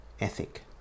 ethic